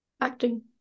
Acting